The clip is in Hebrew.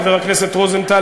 חבר הכנסת רוזנטל,